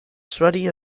sweaty